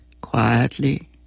quietly